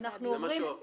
בסעיף ד'